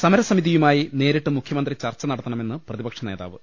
സമരസ്സമിതിയുമായി നേരിട്ട് മുഖ്യമന്ത്രി ചർച്ച നടത്തണമെന്ന് പ്രതിപക്ഷനേതാ വ്